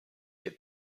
get